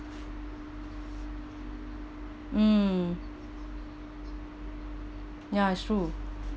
mm ya it's true